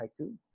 haiku